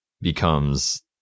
becomes